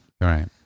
Right